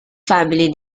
family